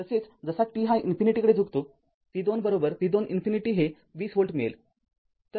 तसेच जसा t हा इन्फिनिटी कडे झुकतो v२v२ इन्फिनिटी हे २० व्होल्ट मिळेल